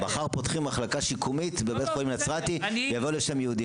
מחר פותחים מחלקה שיקומית בבית חולים נצרתי ויבוא לשם יהודי,